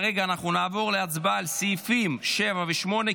נעבור להצבעה על סעיפים 7 ו-8,